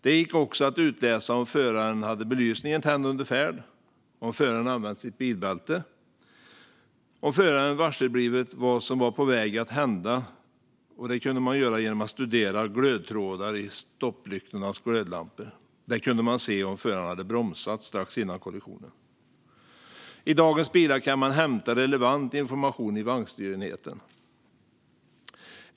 Det går också att utläsa om föraren haft belysningen tänd under färd, om föraren använt sitt bilbälte och om föraren varseblivit vad som var på väg att hända - genom att studera glödtrådar i stopplyktornas glödlampor kan man se om föraren bromsat strax före kollisionen. I dagens bilar kan man hämta relevant information i vagnstyrenheten.